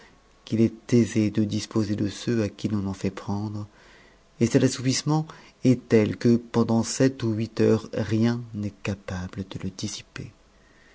qu'il est aisé de disposer de ceux à qui l'on en fait prendre et cet assoupissement est tel que pendant sept ou huit heures rien n'est capable de le dissiper